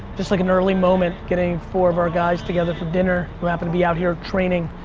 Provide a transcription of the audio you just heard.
just like an early moment, getting four of our guys together for dinner who happen to be out here training.